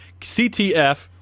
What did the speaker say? CTF